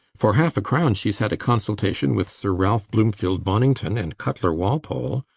for half-a-crown she's had a consultation with sir ralph bloomfield bonington and cutler walpole.